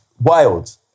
wild